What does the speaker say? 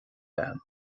agam